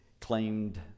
claimed